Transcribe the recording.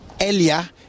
earlier